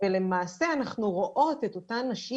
ולמעשה אנחנו רואות את אותן נשים